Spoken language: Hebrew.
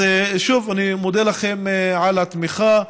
אז, שוב, אני מודה לכם על התמיכה.